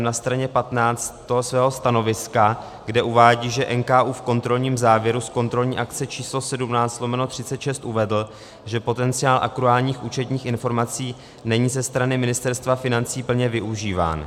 Na straně 15 svého stanoviska, kde uvádí, že NKÚ v kontrolním závěru z kontrolní akce číslo 17/36 uvedl, že potenciál akruálních účetních informací není ze strany Ministerstva financí plně využíván.